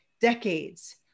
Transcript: decades